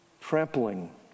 trampling